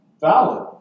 valid